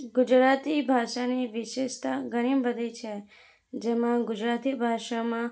ગુજરાતી ભાષાની વિશેષતા ઘણી બધી છે જેમાં ગુજરાતી ભાષામાં